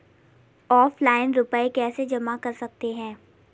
Offline रुपये कैसे जमा कर सकते हैं?